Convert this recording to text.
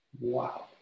wow